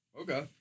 Okay